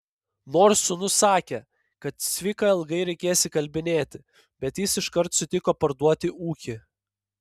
nors sūnus sakė kad cviką ilgai reikės įkalbinėti bet jis iškart sutiko parduoti ūkį